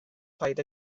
paid